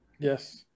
Yes